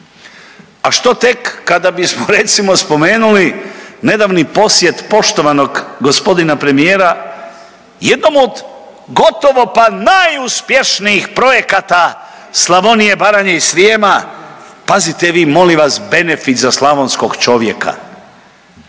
A što tek kada bismo recimo spomenuli nedavni posjet poštovanog gospodina premijera jednom od gotovo pa najuspješnijih projekata Slavonije, Baranje i Srijema pazite vi molim vas benefit za slavonskog čovjeka